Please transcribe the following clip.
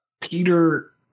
Peter